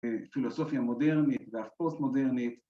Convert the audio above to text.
‫פילוסופיה מודרנית והפוסט-מודרנית.